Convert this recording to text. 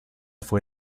fue